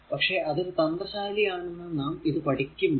പക്ഷെ അത് ഒരു ത്രന്ത്ര ശാലി ആണ് നാം ഇത് പഠിക്കുമ്പോൾ